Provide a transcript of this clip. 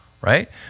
right